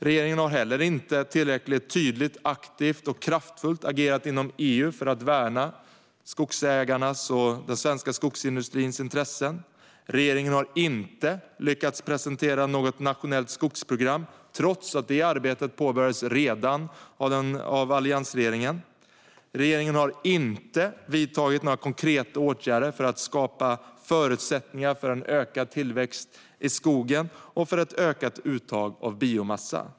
Regeringen har heller inte tillräckligt tydligt, aktivt och kraftfullt agerat inom EU för att värna skogsägarnas och den svenska skogsindustrins intressen. Regeringen har inte lyckats presentera något nationellt skogsprogram, trots att arbetet påbörjades redan av Alliansregeringen. Regeringen har inte vidtagit några konkreta åtgärder för att skapa förutsättningar för en ökad tillväxt i skogen och för ett ökat uttag av biomassa.